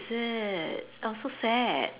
is it !aw! so sad